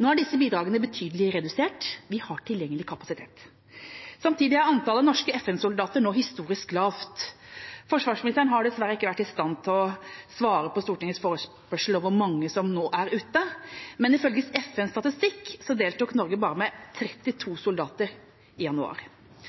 Nå er disse bidragene betydelig redusert. Vi har tilgjengelig kapasitet. Samtidig er antallet norske FN-soldater nå historisk lavt. Forsvarsministeren har dessverre ikke vært i stand til å svare på Stortingets forespørsel om hvor mange som nå er ute, men ifølge FNs statistikk deltok Norge bare med 32 soldater i januar.